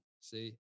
see